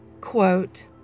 quote